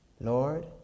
Lord